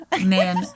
man